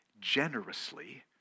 generously